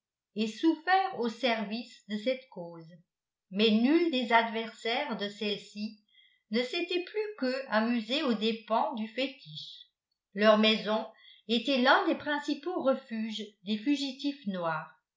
et souffert au service de cette cause mais nul des adversaires de celle-ci ne s'était plus qu'eux amusé aux dépens du fétiche leur maison était l'un des principaux refuges des fugitifs noirs